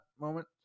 moment